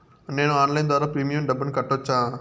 నేను ఆన్లైన్ ద్వారా ప్రీమియం డబ్బును కట్టొచ్చా?